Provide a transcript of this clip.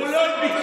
והוא לא ביקש,